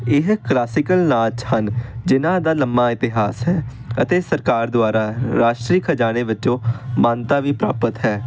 ਇਹ ਕਲਾਸੀਕਲ ਨਾਚ ਹਨ ਜਿਨ੍ਹਾਂ ਦਾ ਲੰਮਾ ਇਤਿਹਾਸ ਹੈ ਅਤੇ ਸਰਕਾਰ ਦੁਆਰਾ ਰਾਸ਼ਟਰੀ ਖਜ਼ਾਨੇ ਵਿੱਚੋਂ ਮਾਨਤਾ ਵੀ ਪ੍ਰਾਪਤ ਹੈ